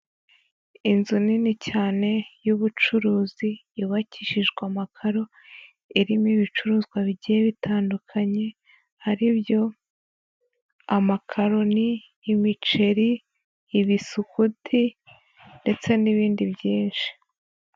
Inzu nini cyane y'ubucuruzi yubakishijwe amakaro, irimo ibicuruzwa bigiye bitandukanye, ari byo: amakaroni, imiceri, ibisuguti ndetse n'ibindi byinshi.